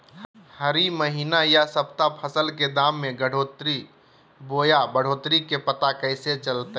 हरी महीना यह सप्ताह फसल के दाम में घटोतरी बोया बढ़ोतरी के पता कैसे चलतय?